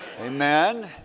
Amen